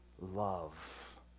love